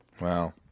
Wow